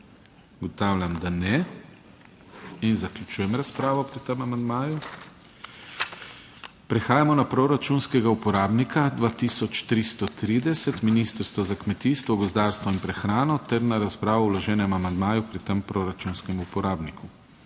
Ugotavljam, da ne in zaključujem razpravo pri tem amandmaju. Prehajamo na proračunskega uporabnika 2330, Ministrstvo za kmetijstvo, gozdarstvo in prehrano ter na razpravo o vloženem amandmaju pri tem proračunskem uporabniku